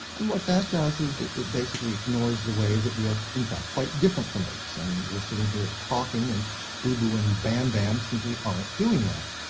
and what that does it it basically ignores the way that we are in fact quite different from apes, i mean we're sitting here talking and boo-boo and bam-bam simply aren't doing that.